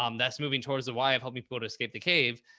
um that's moving towards the y i've helped me pull to escape the cave.